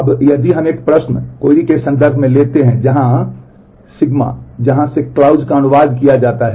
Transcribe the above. अब यदि हम एक प्रश्न के संदर्भ में लेते हैं जहां σ जहां से क्लाउज का अनुवाद किया गया है